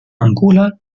angola